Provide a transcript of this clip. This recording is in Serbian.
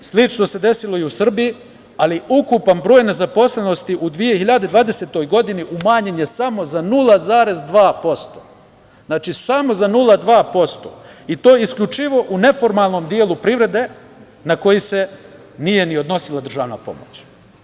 Slično se desilo i u Srbiji, ali ukupan broj nezaposlenosti u 2020. godini umanjen je samo za 0,2%, samo za 0,2%, i to isključivo u neformalnom delu privrede, na koji se nije ni odnosila državna pomoć.